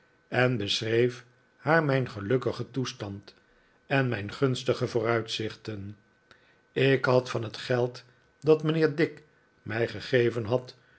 en beschreef haar mijn gelukkigen toestand en mijn gunstige vooruitzichten ik had van het geld dat mijnheer dick mij gegeven had